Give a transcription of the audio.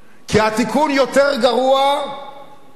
כי התיקון יותר גרוע מהפשע.